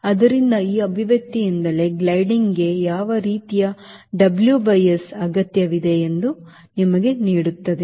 ಆದ್ದರಿಂದ ಈ ಅಭಿವ್ಯಕ್ತಿಯಿಂದಲೇ ಗ್ಲೈಡಿಂಗ್ಗೆ ಯಾವ ರೀತಿಯ WSಅಗತ್ಯವಿದೆ ಎಂದು ಅದು ನಿಮಗೆ ನೀಡುತ್ತದೆ